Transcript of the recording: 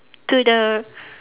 to the